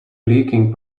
leaking